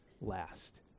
last